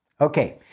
Okay